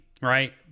right